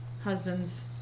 husband's